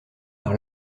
par